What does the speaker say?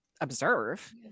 observe